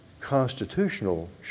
constitutional